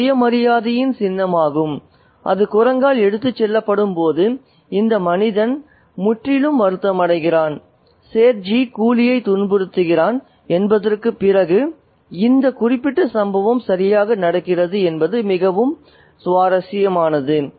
இது சுய மரியாதையின் சின்னமாகும் அது குரங்கால் எடுத்துச் செல்லப்படும்போது இந்த மனிதன் முற்றிலும் வருத்தமடைகிறான் சேத்ஜி கூலியைத் துன்புறுத்துகிறான் என்பதற்குப் பிறகு இந்த குறிப்பிட்ட சம்பவம் சரியாக நடக்கிறது என்பது மிகவும் சுவாரஸ்யமானது